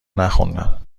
نخوندم